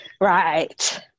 right